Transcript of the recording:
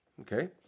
okay